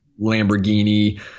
Lamborghini